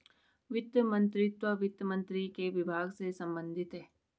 वित्त मंत्रीत्व वित्त मंत्री के विभाग से संबंधित है